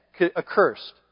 accursed